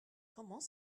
comment